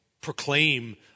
Proclaim